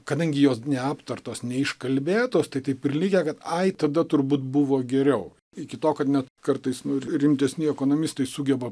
kadangi jos neaptartos neiškalbėtos tai taip ir likę ai tada turbūt buvo geriau iki to kad net kartais rimtesni ekonomistai sugeba